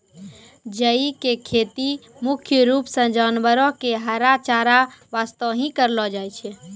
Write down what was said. जई के खेती मुख्य रूप सॅ जानवरो के हरा चारा वास्तॅ हीं करलो जाय छै